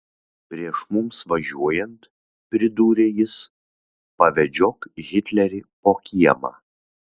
prieš mums važiuojant pridūrė jis pavedžiok hitlerį po kiemą